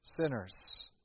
sinners